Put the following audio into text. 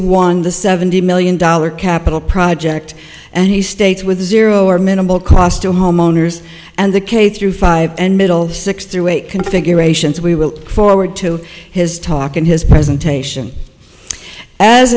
one the seventy million dollar capital project and he states with zero or minimal cost to homeowners and the k through five and middle six through eight configurations we will forward to his talk in his presentation as